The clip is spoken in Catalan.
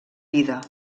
vida